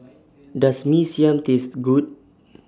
Does Mee Siam Taste Good